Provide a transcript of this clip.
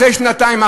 אחרי שנתיים,